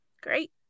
Great